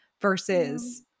versus